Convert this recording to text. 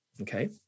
Okay